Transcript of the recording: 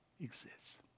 exists